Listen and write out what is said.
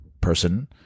person